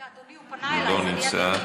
הוא לא נמצא.